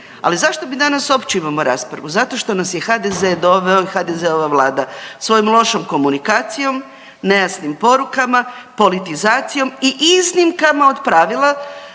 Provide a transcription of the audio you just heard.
Ali zašto mi danas uopće imamo raspravu? Zato što nas je HDZ doveo i HDZ-ova vlada svojom lošom komunikacijom, nejasnim porukama, politizacijom i iznimkama od pravila